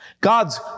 God's